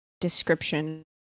description